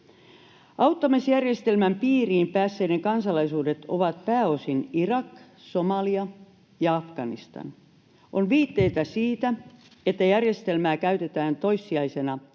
Auttamisjärjestelmän piiriin päässeiden kansalaisuudet ovat pääosin Irak, Somalia ja Afganistan. On viitteitä siitä, että järjestelmää käytetään toissijaisena väylänä